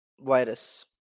virus